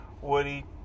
Woody